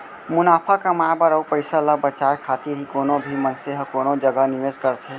मुनाफा कमाए बर अउ पइसा ल बचाए खातिर ही कोनो भी मनसे ह कोनो जगा निवेस करथे